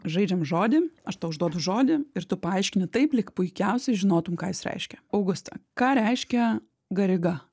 žaidžiam žodį aš tau užduodu žodį ir tu paaiškini taip lyg puikiausiai žinotum ką jis reiškia auguste ką reiškia gariga